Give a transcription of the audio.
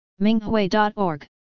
Minghui.org